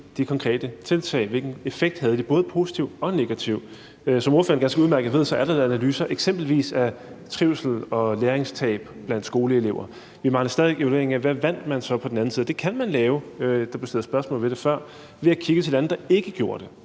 de konkrete tiltag, og hvilke effekter de havde, både positive og negative. Som ordføreren ganske udmærket ved, er der lavet analyser eksempelvis af trivsel og læringstab blandt skoleelever. Vi mangler stadig væk evaluering af, hvad man så vandt på den anden side af corona, og det kan man lave – der blev stillet spørgsmål om det før – ved at kigge til lande, der ikke gjorde det.